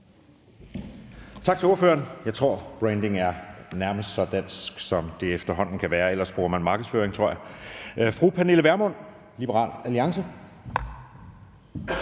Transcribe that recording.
Tak til ordføreren. Jeg tror, »branding« nærmest er så dansk, som det efterhånden kan være. Ellers bruger man »markedsføring«, tror jeg. Fru Pernille Vermund, Liberal Alliance.